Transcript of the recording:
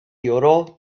yodel